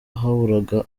haburaga